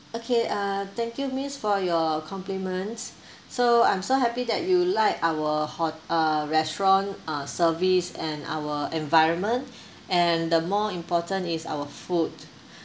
okay uh thank you miss for your compliments so I'm so happy that you like our hot~ uh restaurant uh service and our environment and the more important is our food